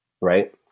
Right